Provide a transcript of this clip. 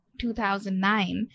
2009